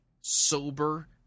sober